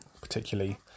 particularly